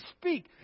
speak